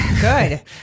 Good